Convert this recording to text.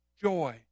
Joy